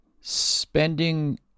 Spending